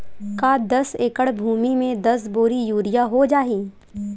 का दस एकड़ भुमि में दस बोरी यूरिया हो जाही?